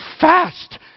fast